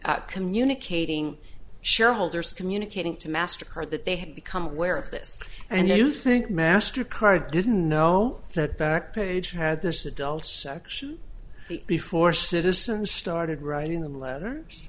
at communicating shareholders communicating to master card that they had become aware of this and you think mastercard didn't know that back page had this adult section before citizens started writing the letter